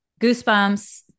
goosebumps